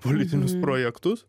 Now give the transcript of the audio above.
politinius projektus